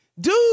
dude